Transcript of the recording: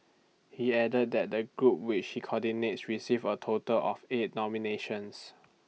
he added that the group which he coordinates receive A total of eight nominations